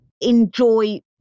enjoy